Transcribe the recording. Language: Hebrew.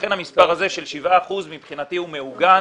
לכן המספר הזה של 7 אחוזים מבחינתי הוא מעוגן